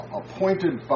appointed